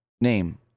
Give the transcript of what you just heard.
name